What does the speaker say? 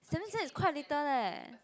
seventy percent is quite little leh